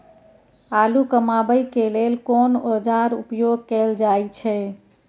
आलू कमाबै के लेल कोन औाजार उपयोग कैल जाय छै?